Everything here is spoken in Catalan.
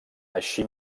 així